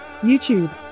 YouTube